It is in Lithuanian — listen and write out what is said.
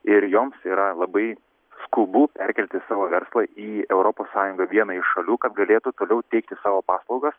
ir joms yra labai skubu perkelti savo verslą į europos sąjungą vieną iš šalių kad galėtų toliau teikti savo paslaugas